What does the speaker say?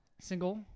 single